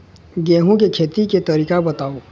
गेहूं के खेती के तरीका बताव?